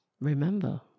remember